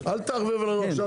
אל תערבב לנו עכשיו.